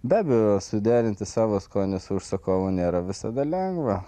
be abejo suderinti savo skonį su užsakovu nėra visada lengva